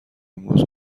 امروز